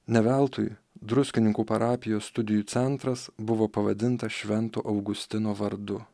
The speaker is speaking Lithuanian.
ne veltui druskininkų parapijos studijų centras buvo pavadintas švento augustino vardu